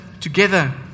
together